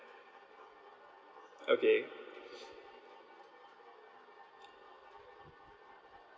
okay